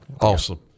Awesome